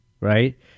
right